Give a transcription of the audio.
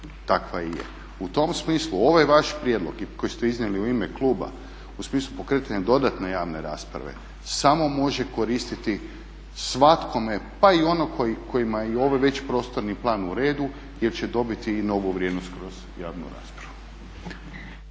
takva i je. U tom smislu ovaj vaš prijedlog koji ste iznijeli u ime kluba u smislu pokretanja dodatne javne rasprave samo može koristiti svakome pa i ono kojima je već ovaj prostorni plan uredu jer će dobiti i novu vrijednost kroz javnu raspravu.